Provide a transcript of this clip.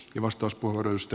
arvoisa puhemies